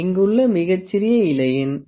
இங்குள்ள மிகச்சிறிய இலையின் சுருதி 0